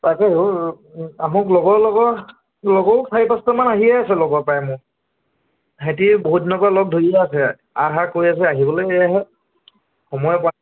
তাকেই ঐ মোক লগৰ লগৰ লগৰো চাৰি পাঁচটামান আহিয়ে আছে লগৰ প্ৰায় মোৰ সিহঁতে বহুত দিনৰ পৰা লগ ধৰিয়ে আছে আহ আহ কৈ আছে আহিবলৈহে সময়ে পোৱা নাই